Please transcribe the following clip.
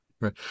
Right